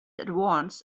advanced